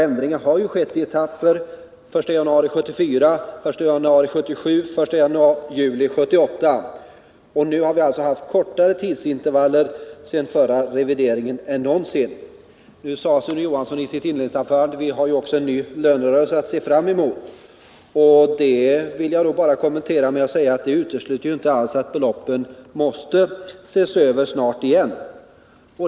Ändringar har också skett i etapper — 1 januari 1974, 1 januari 1977, 1 juli 1978. Nu har vi alltså ett kortare intervall än någonsin tidigare sedan förra revideringen. Sune Johansson sade i sitt inledningsanförande: Vi har också en ny lönerörelse att se fram emot. Det vill jag bara kommentera med att säga att det utesluter inte alls att beloppen måste ses över snart igen.